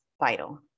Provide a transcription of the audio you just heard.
vital